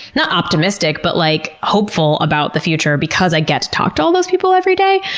not optimistic, but like hopeful about the future, because i get to talk to all those people every day.